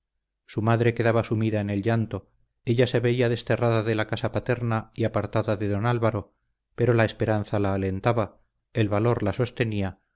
su madre quedaba sumida en el llanto ella se veía desterrada de la casa paterna y apartada de don álvaro pero la esperanza la alentaba el valor la sostenía